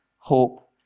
hope